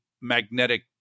magnetic